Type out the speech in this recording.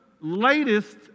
latest